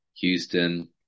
Houston